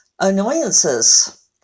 annoyances